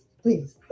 please